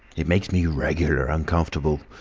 it makes me regular uncomfortable,